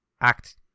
act